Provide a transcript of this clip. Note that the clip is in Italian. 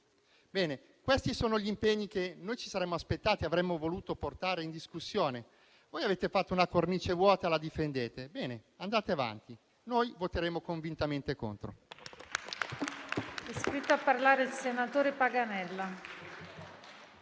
Ebbene, questi sono gli impegni che ci saremmo aspettati e che avremmo voluto portare in discussione. Voi avete creato una cornice vuota e la difendete. Bene, andate avanti. Noi voteremo convintamente contro.